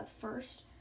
first